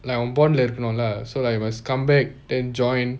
அவன்:avan bond lah இருக்கனும்ல:irukkanumla must come back and join